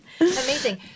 Amazing